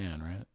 right